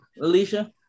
Alicia